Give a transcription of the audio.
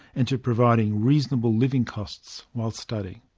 and to providing reasonable living costs while studying.